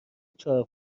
چهار